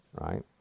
right